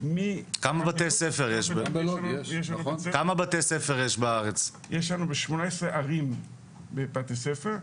יש לנו בשמונה עשרה ערים בתי ספר,